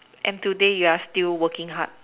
and today you are still working hard